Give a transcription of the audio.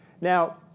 Now